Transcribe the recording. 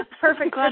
perfect